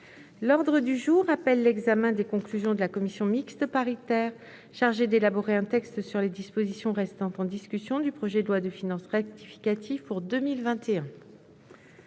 L'ordre du jour appelle l'examen des conclusions de la commission mixte paritaire chargée d'élaborer un texte sur les dispositions restant en discussion du projet de loi de finances rectificative pour 2021